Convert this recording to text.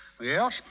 Yes